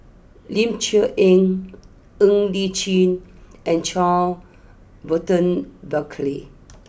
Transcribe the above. Ling Cher Eng Ng Li Chin and Charles Burton Buckley